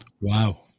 wow